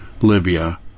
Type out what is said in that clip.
Libya